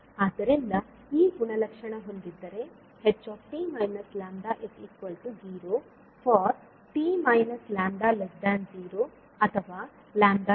ಆದ್ದರಿಂದ ಈ ಗುಣಲಕ್ಷಣ ಹೊಂದಿದ್ದರೆ ht λ 0 for t λ 0 or λ t